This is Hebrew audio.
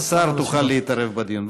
כשר תוכל להתערב בדיון.